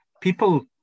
people